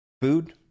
Food